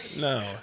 No